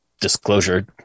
disclosure